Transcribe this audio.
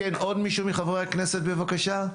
עוד מישהו מחברי הכנסת בבקשה?